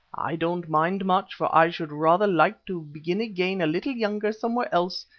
i don't mind much, for i should rather like to begin again a little younger somewhere else,